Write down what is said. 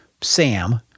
Sam